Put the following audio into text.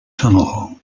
tunnel